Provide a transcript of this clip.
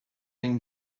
been